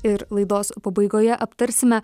ir laidos pabaigoje aptarsime